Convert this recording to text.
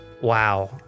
Wow